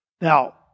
Now